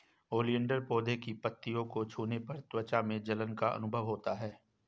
oleander पौधे की पत्तियों को छूने पर त्वचा में जलन का अनुभव होता है